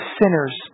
sinners